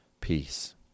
peace